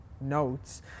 notes